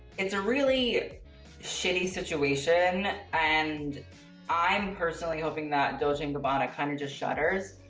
it's a really shitty situation and i'm personally hoping that dolce and gabbana kind of just shutters.